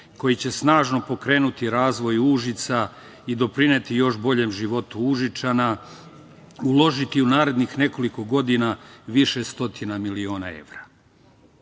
koji će snažno pokrenuti razvoj Užica i doprineti još boljem životu Užičana uložiti u narednih nekoliko godina više stotina miliona